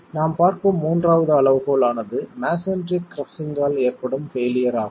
நாம் பார்க்கும் மூன்றாவது அளவுகோல் ஆனது மஸோன்றி கிரஸ்ஸிங் ஆல் ஏற்படும் பெயிலியர் ஆகும்